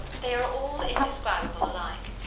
they are all indescribable alike.